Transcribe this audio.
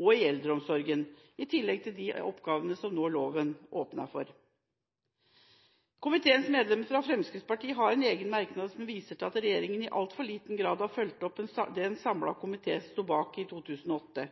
og eldreomsorg, i tillegg til de oppgavene som loven nå åpner for. Komiteens medlemmer fra Fremskrittspartiet har en egen merknad som viser til at regjeringen i altfor liten grad har fulgt opp det en samlet komité sto bak i 2008.